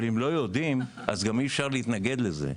אבל אם לא יודעים גם אי-אפשר להתנגד לזה.